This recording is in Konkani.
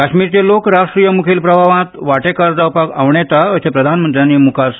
काश्मीरचेलोक राष्ट्रीय मुखेल प्रवाहात वांटेकार जावपाक आंवडेता अशें प्रधानमंत्र्यानी मुखार सांगलें